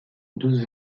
douze